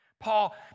Paul